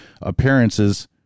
appearances